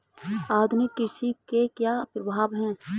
आधुनिक कृषि के क्या प्रभाव हैं?